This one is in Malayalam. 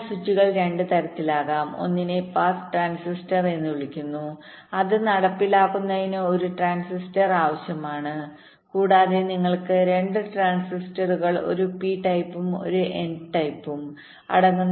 അതിനാൽ സ്വിച്ചുകൾ 2 തരത്തിലാകാം ഒന്നിനെ പാസ് ട്രാൻസിസ്റ്റർ എന്ന് വിളിക്കുന്നു അത് നടപ്പിലാക്കുന്നതിന് ഒരു ട്രാൻസിസ്റ്റർ ആവശ്യമാണ് കൂടാതെ നിങ്ങൾക്ക് രണ്ട് ട്രാൻസിസ്റ്ററുകൾ ഒരു പി ടൈപ്പും ഒരു എൻ ടൈപ്പുംp type and one n type